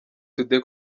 today